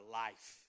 life